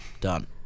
Done